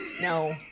no